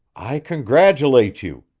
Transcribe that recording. i congratulate you,